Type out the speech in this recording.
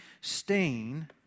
stain